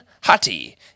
Hati